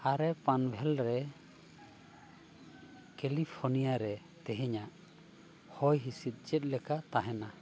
ᱟᱨᱮ ᱯᱟᱱᱵᱷᱮᱞ ᱨᱮ ᱠᱮᱞᱤᱯᱷᱳᱨᱱᱤᱭᱟ ᱨᱮ ᱛᱮᱦᱮᱧᱟᱜ ᱦᱚᱭ ᱦᱤᱸᱥᱤᱫ ᱪᱮᱫ ᱞᱮᱠᱟ ᱛᱟᱦᱮᱱᱟ